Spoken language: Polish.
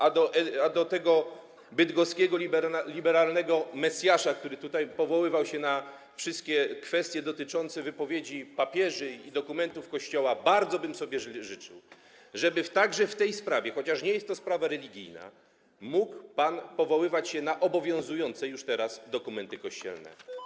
A co do tego bydgoskiego liberalnego mesjasza, który tutaj powoływał się na wszystkie kwestie dotyczące wypowiedzi papieży i dokumentów Kościoła, bardzo bym sobie życzył, żeby także w tej sprawie, chociaż nie jest to sprawa religijna, mógł pan powoływać się na obowiązujące już teraz dokumenty kościelne.